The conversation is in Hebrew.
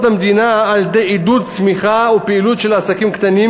למדינה על-ידי עידוד צמיחה ופעילות של עסקים קטנים,